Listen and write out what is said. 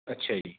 ਅੱਛਾ ਜੀ